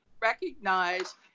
recognize